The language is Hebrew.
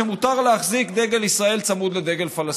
שמותר להחזיק דגל ישראל צמוד לדגל פלסטין,